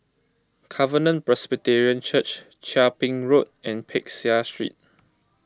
Covenant Presbyterian Church Chia Ping Road and Peck Seah Street